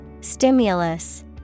Stimulus